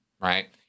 right